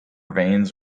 veins